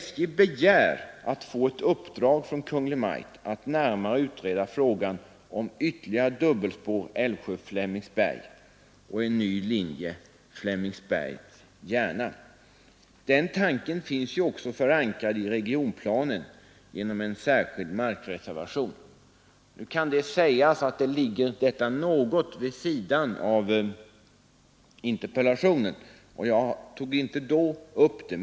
SJ begär att få i uppdrag av Kungl. Maj:t att närmare utreda frågan om ytterligare ett dubbelspår Älvsjö—Flemingsberg och en ny linje Flemingsberg—Järna. Den tanken finns också förankrad i regionplanen genom en särskild markreservation. Nu kan det sägas att den här frågan ligger något vid sidan av interpellationen, och jag tog därför inte heller upp den.